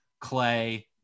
Clay